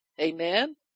Amen